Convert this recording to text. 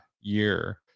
year